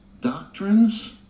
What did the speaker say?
Doctrines